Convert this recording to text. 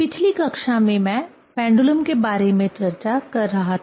पिछली कक्षा में मैं पेंडुलम के बारे में चर्चा कर रहा था